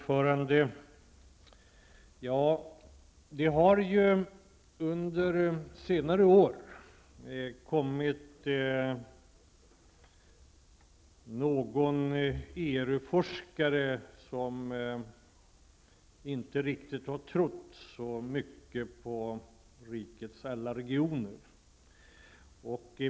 Fru talman! Under senare år har ju någon ERU forskare inte riktigt trott på rikets alla regioner.